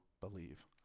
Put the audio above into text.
believe